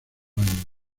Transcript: años